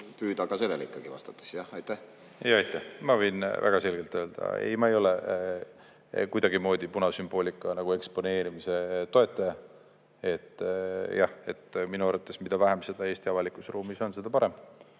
püüda ka sellele ikkagi vastata? Aitäh! Ma võin väga selgelt öelda, et ei, ma ei ole kuidagimoodi punasümboolika eksponeerimise toetaja. Jah, minu arvates, mida vähem seda Eesti avalikus ruumis on, seda parem.